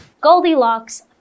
Goldilocks